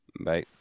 Bye